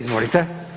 Izvolite.